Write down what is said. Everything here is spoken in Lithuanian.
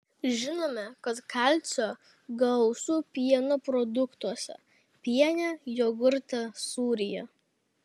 žinome kad kalcio gausu pieno produktuose piene jogurte sūryje